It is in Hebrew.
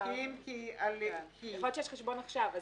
חשבון עכשיו,